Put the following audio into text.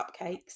cupcakes